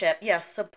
Yes